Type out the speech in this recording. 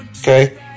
Okay